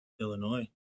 Illinois